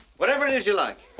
whatever it is you like.